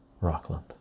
rockland